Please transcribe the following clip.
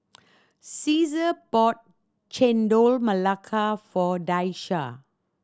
Caesar bought Chendol Melaka for Daisha